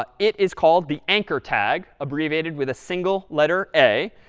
ah it is called the anchor tag, abbreviated with a single letter a,